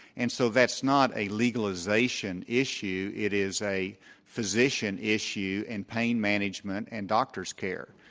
and so that's not a legalization issue, it is a physician issue and pain management and doctor's care,